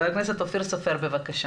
חבר הכנסת אופיר סופר, בבקשה.